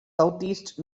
southeast